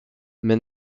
mais